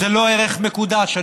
זה לא ערך מקודש,